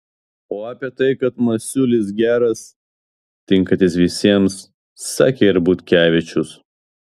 o apie tai kad masiulis geras tinkantis visiems sakė ir butkevičius